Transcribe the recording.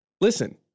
Listen